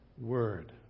word